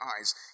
eyes